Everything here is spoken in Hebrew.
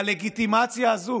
והלגיטימציה הזאת